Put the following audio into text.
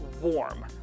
warm